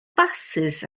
basys